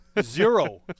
Zero